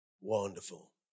Wonderful